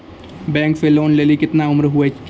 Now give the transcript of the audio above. Bank से loan लेली केतना उम्र होय केचाही?